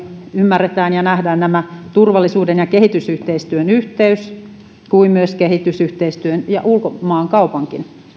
ymmärretään ja nähdään tämä turvallisuuden ja kehitysyhteistyön yhteys niin kuin myös kehitysyhteistyön ja ulkomaankaupan